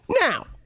now